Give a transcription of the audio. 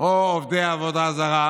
או עובדי עבודה זרה